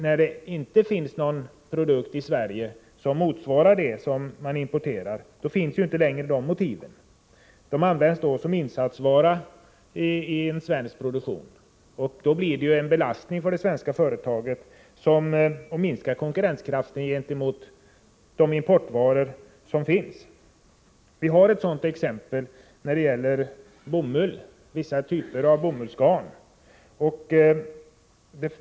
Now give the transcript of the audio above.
När det inte finns någon produkt i Sverige som motsvarar den som importeras, föreligger emellertid inte längre dessa motiv. Varan används då som insatsvara i en svensk produktion, och då blir tullen en belastning på det svenska företaget som minskar konkurrenskraften gentemot de importvaror som finns. Vi har ett sådant exempel i vissa typer av bomullsgarn.